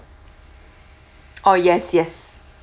oh yes yes